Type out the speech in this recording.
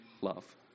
love